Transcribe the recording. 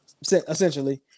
essentially